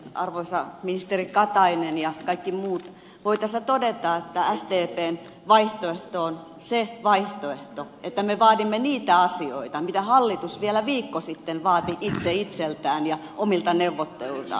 arvoisa ministeri katainen ja kaikki muut voin tässä todeta että sdpn vaihtoehto on se vaihtoehto että me vaadimme niitä asioita mitä hallitus vielä viikko sitten vaati itse itseltään ja omilta neuvotteluiltaan